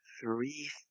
three